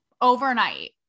overnight